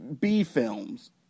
B-films